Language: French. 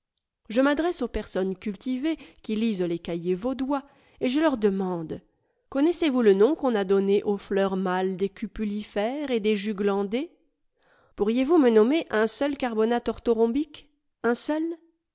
je m'adresse aux personnes cultivées qui lisent les cahiers vaudois et je leur demande connaissez-vous le nom qu'on a donné aux fleurs mâles des cupulifères et des juglandées pourriez-vous me nommer un seul carbonate orthorhombique f un seul